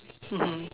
mmhmm